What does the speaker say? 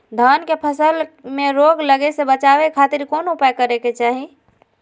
धान के फसल में रोग लगे से बचावे खातिर कौन उपाय करे के चाही?